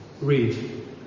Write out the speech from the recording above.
read